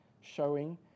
showing